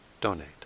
donate